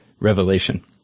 revelation